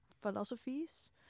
philosophies